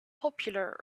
popular